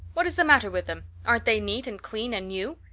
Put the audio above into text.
what is the matter with them? aren't they neat and clean and new?